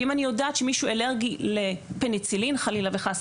ואם אני יודעת שמישהו אלרגי לפניצילין חלילה וחס